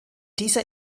dieser